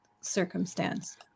circumstance